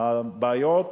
הבעיות